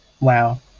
Wow